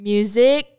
Music